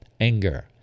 anger